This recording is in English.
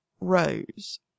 rows